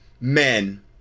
men